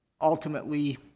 ultimately